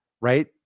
right